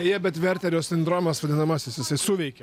deja bet verterio sindromas vadinamasis jisai suveikė